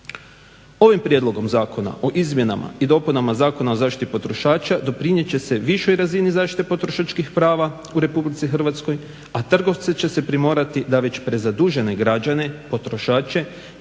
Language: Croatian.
Ovim prijedlogom zakona o izmjenama i dopunama Zakona o zaštiti potrošača doprinijet će se višoj razini zaštite potrošačkih prava u Republici Hrvatskoj, a trgovce će se primorati da već prezadužene građane, potrošače